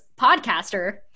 podcaster